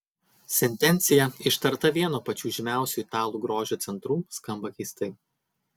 sentencija ištarta vieno pačių žymiausių italų grožio centrų skamba keistai